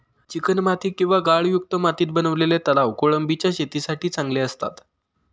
चिकणमाती किंवा गाळयुक्त मातीत बनवलेले तलाव कोळंबीच्या शेतीसाठी चांगले असतात